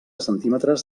centímetres